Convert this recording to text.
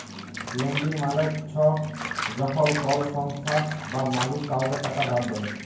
lending মালে চ্ছ যখল কল সংস্থা বা মালুস কাওকে টাকা ধার দেয়